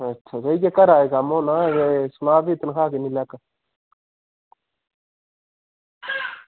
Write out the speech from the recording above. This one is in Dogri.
ते इयै घरा कम्म होना ते सनांऽ किन्नी तन्खाह् लैनी